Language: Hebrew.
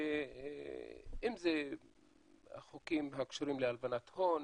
אם זה החוקים הקשורים להלבנת הון